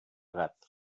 gat